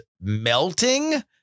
melting